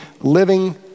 living